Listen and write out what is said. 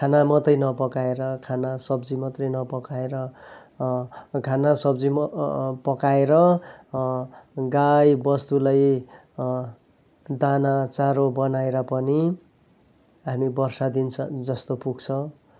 खाना मात्रै नपकाएर खाना सब्जी मात्रै नपकाएर खाना सब्जी पकाएर गाई बस्तुलाई दाना चारो बनाएर पनि हामी वर्ष दिन जस्तो पुग्छ